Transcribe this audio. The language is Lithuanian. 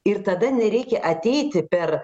ir tada nereikia ateiti per